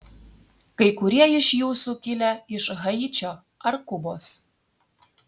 kai kurie iš jūsų kilę iš haičio ar kubos